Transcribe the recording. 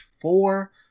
four